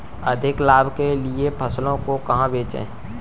अधिक लाभ के लिए फसलों को कहाँ बेचें?